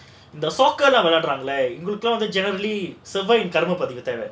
the soccer leh வேலை ஆட்களா:velai aatkalaa generally கடமைபட்டுக்க தேவ:kadamaipattuka theva